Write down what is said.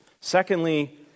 Secondly